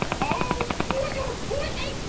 oh boy, yeah oh boy, a